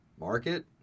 Market